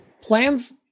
Plans